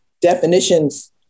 definitions